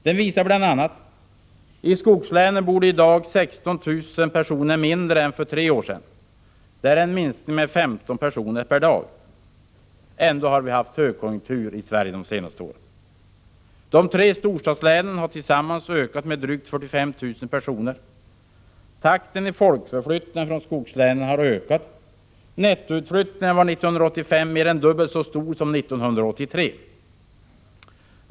Den visar bl.a.: — I skogslänen bor det i dag 16 000 personer mindre än för tre år sedan. Det är en minskning på 15 personer/dag. Ändå har vi haft högkonjunktur i Sverige de senaste åren. — De tre storstadslänen har ökat med drygt 45 000 personer. —- Takten i folkförflyttningen från skogslänen har ökat. Nettoutflyttningen var 1985 mer än dubbelt så stor som 1983!